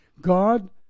God